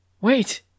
Wait